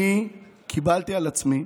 אני קיבלתי על עצמי